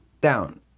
down